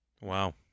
Wow